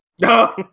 No